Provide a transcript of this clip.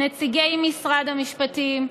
לנציגי משרד המשפטים,